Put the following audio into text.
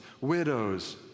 widows